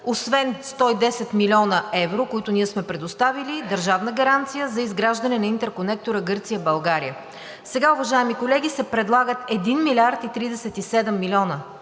освен 110 млн. евро, които ние сме предоставили – държавна гаранция за изграждането на интерконектора Гърция – България. Сега, уважаеми колеги, се предлагат 1 млрд. 37 млн.